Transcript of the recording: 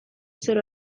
zero